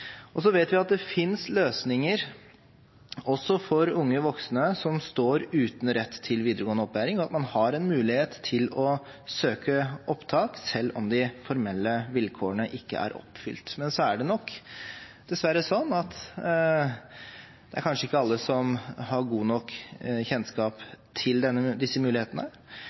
problematisk. Så vet vi at det finnes løsninger også for unge voksne som står uten rett til videregående opplæring, og at man har en mulighet til å søke opptak selv om de formelle vilkårene ikke er oppfylt. Men det er nok dessverre sånn at kanskje ikke alle har god nok kjennskap til disse mulighetene,